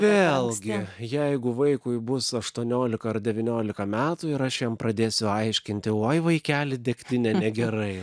vėl gi jeigu vaikui bus aštuoniolika ar devyniolika metų ir aš jam pradėsiu aiškinti oi vaikeli degtinė negerai